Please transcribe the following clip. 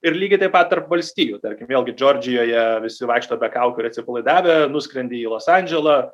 ir lygiai taip pat tarp valstijų tarkim vėlgi džordžijoje visi vaikšto be kaukių ir atsipalaidavę nuskrendi į los andželą